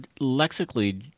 lexically